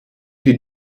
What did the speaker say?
die